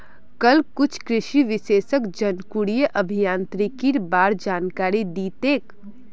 कल कुछ कृषि विशेषज्ञ जनुकीय अभियांत्रिकीर बा र जानकारी दी तेक